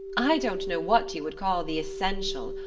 i don't know what you would call the essential,